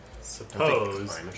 Suppose